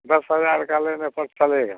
दस हज़ार का लेने पर चलेगा